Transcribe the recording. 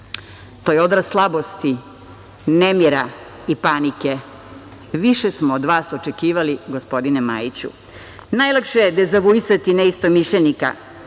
To je odraz slabosti, nemira i panike. Više smo od vas očekivali, gospodine Majiću. Najlakše je dezavuisati neistomišljenika,